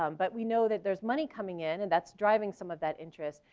um but we know that there's money coming in and that's driving some of that interest.